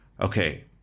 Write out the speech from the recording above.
Okay